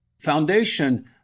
foundation